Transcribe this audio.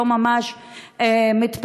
לא ממש מתפתח,